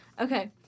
Okay